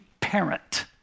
parent